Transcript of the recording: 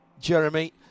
Jeremy